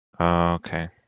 Okay